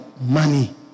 money